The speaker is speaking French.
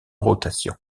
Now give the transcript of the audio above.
rotation